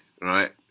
right